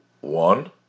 one